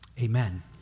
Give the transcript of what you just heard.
Amen